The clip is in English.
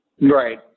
Right